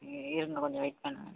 இ இருங்க கொஞ்சம் வெயிட் பண்ணுங்கள்